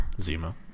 Zima